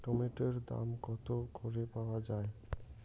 টমেটোর দাম কত করে পাওয়া যায়?